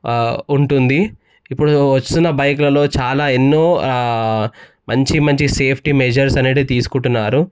ఉంటుంది ఇప్పుడు వస్తున్న బైక్లలో చాలా ఎన్నో మంచి మంచి సేఫ్టీ మెజర్స్ అనేవి తీసుకుంటున్నారు